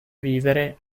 vivere